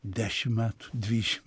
dešimt metų dvidešimt